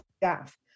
staff